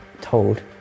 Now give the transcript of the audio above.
told